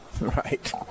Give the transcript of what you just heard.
Right